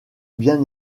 bien